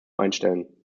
einstellen